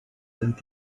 sind